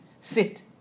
sit